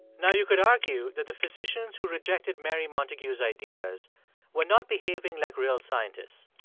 now, you could argue that the physicians who rejected mary montagu's ideas were not behaving like real scientists.